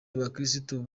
abakirisitu